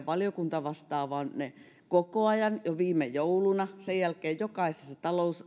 valiokuntavastaavanne koko ajan jo viime jouluna ja sen jälkeen jokaisessa